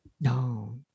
No